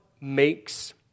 makes